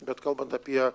bet kalbant apie